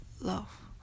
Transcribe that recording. love